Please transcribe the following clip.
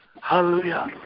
Hallelujah